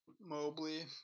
Mobley